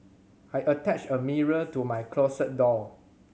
I attached a mirror to my closet door